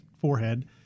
forehead